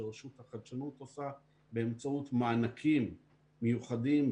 שרשות החדשנות עושה באמצעות מענקים מיוחדים,